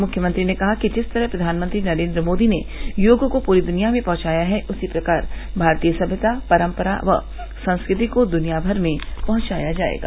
मुख्यमंत्री ने कहा कि जिस तरह प्रधानमंत्री नरेन्द्र मोदी ने योग को पूरी दुनिया में पहुंचाया है उसी प्रकार भारतीय सम्यता परम्परा व संस्कृति को दुनिया भर में पहुंचाया जायेगा